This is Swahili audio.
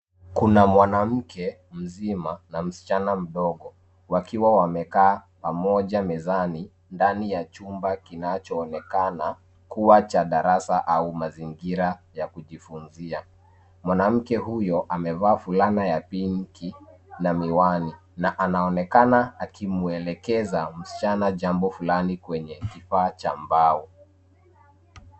Kuna mwanamke mzima na msichana mdogo wakiwa wamekaa pamoja mezani ndani ya chumba kinachoonekana kuwa cha darasa au mazingira ya kujifunzia, mwanamke huyo amevaa fulana ya pinki na miwani na anaonekana akimuelekeza msichana jambo fulani kwenye kifaa cha mbao.